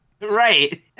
Right